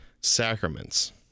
sacraments